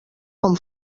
com